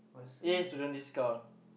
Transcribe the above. yay student discount